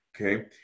okay